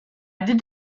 did